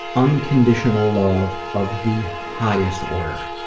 unconditional love of the highest order.